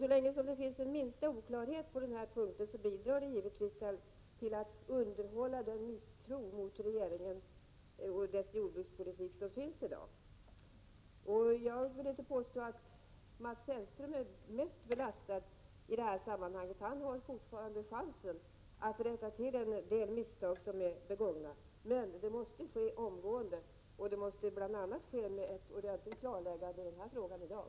Så länge det finns den minsta oklarhet på den punkten bidrar det till att underhålla den misstro mot regeringen och dess jordbrukspolitik som finns i dag. Jag vill inte påstå att Mats Hellström är mest belastad i detta sammanhang. Han har fortfarande chansen att rätta till en del misstag som är begångna. Men det måste ske omgående, och det måste bl.a. ske med ett ordentligt klarläggande av den här frågan i dag.